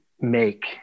make